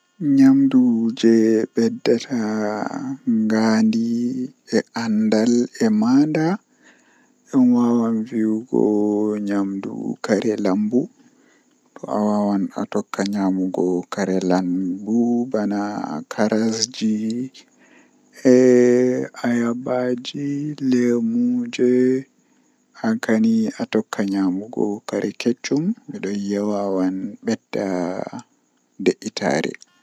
Eh wakkati feere midon jilla gimiiji feere feere mi nana nadum gimol gotel tan ba.